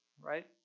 right